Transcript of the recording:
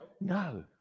No